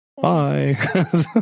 Bye